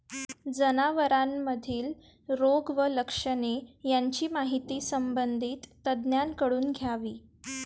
जनावरांमधील रोग व लक्षणे यांची माहिती संबंधित तज्ज्ञांकडून घ्यावी